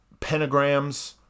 pentagrams